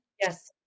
Yes